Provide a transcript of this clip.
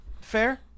fair